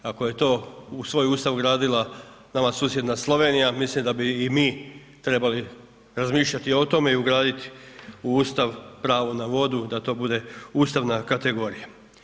Ako je to u svoj ustav ugradila nama susjedna Slovenija mislim da bi i mi trebali razmišljati o tome i ugraditi u ustav pravo na vodu, da to bude ustavna kategorija.